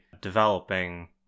developing